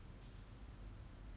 like ya when we met you or what